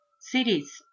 Cities